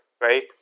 right